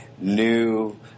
new